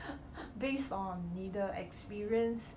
based on 你的 experience